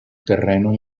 terreno